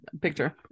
picture